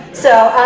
so.